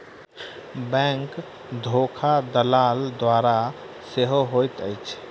bank धोखा दलाल द्वारा सेहो होइत अछि